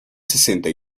sesenta